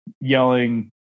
yelling